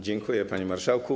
Dziękuję, panie marszałku.